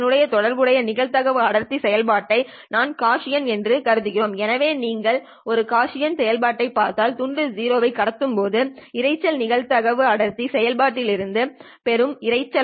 அதனுடன் தொடர்புடைய நிகழ்தகவு அடர்த்தி செயல்பாட்டை நாம் காஸியன் என்று கருதுகிறோம் எனவே நீங்கள் ஒரு காஸியன் செயல்பாட்டை பார்த்தால் துண்டு 0 ஐ கடத்தும்போது இரைச்சல் நிகழ்தகவு அடர்த்தி செயல்பாட்டில் இருந்து பெறும் இரைச்சல்ஆகும்